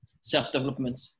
self-development